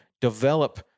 develop